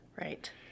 Right